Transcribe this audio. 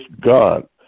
God